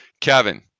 Kevin